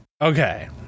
Okay